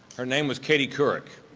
here name was katie couric,